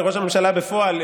לראש הממשלה בפועל,